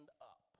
up